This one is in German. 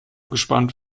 gespannt